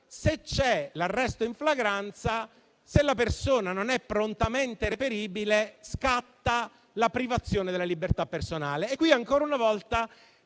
c'è l'arresto in flagranza, se la persona offesa non è prontamente reperibile, scatta la privazione della libertà personale.